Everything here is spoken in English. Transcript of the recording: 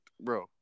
Bro